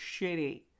shitty